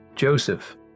Joseph